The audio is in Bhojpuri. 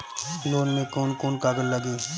लोन में कौन कौन कागज लागी?